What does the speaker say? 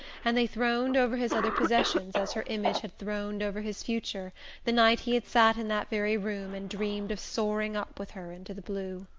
and they throned over his other possessions as her image had throned over his future the night he had sat in that very room and dreamed of soaring up with her into the blue.